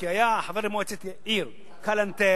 כי היה חבר מועצת עיר כלנתר,